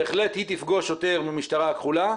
בהחלט היא תפגוש שוטר במשטרה הכחולה,